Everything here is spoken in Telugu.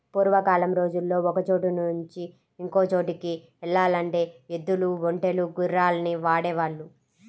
పూర్వకాలం రోజుల్లో ఒకచోట నుంచి ఇంకో చోటుకి యెల్లాలంటే ఎద్దులు, ఒంటెలు, గుర్రాల్ని వాడేవాళ్ళు